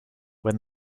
when